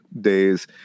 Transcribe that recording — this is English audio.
days